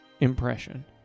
impression